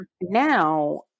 now